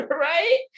right